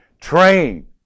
train